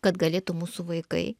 kad galėtų mūsų vaikai